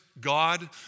God